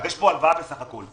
יש פה הלוואה בסך הכול.